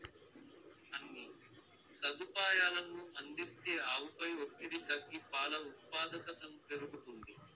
అన్ని సదుపాయాలనూ అందిస్తే ఆవుపై ఒత్తిడి తగ్గి పాల ఉత్పాదకతను పెరుగుతుంది